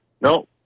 no